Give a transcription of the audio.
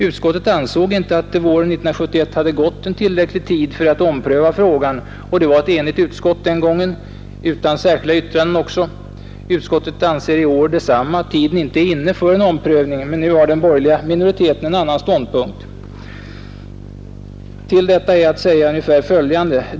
Utskottet ansåg inte att det våren 1971 hade gått tillräckligt lång tid för att man skulle ompröva frågan, och det var ett enigt utskott den gången, utan särskilda yrkanden. I år anser utskottet detsamma, att tiden inte är inne för en omprövning, men nu har den borgerliga minoriteten en annan ståndpunkt. Till detta är att säga följande.